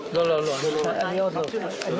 ננעלה בשעה 13:45.